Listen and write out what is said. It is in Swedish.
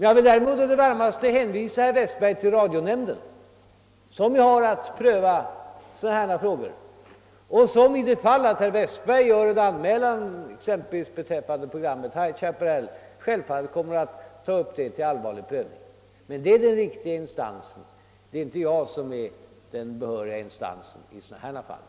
Jag vill däremot på det varmaste hänvisa herr Westberg till radionämnden, som ju har att pröva frågor av detta slag och som för det fall att herr Westberg gör en anmälan beträffande programmet High Chaparral självfallet kommer att ta upp en sådan till allvarlig prövning. Men det är i så fall den riktiga instansen — det är inte jag som är den behöriga instansen i sådana fall.